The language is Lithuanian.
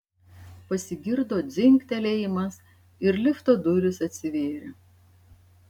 pasigirdo dzingtelėjimas ir lifto durys atsivėrė